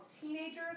teenagers